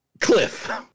Cliff